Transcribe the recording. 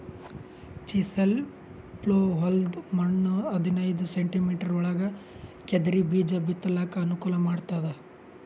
chisel plough ಹೊಲದ್ದ್ ಮಣ್ಣ್ ಹದನೈದ್ ಸೆಂಟಿಮೀಟರ್ ಒಳಗ್ ಕೆದರಿ ಬೀಜಾ ಬಿತ್ತಲಕ್ ಅನುಕೂಲ್ ಮಾಡ್ತದ್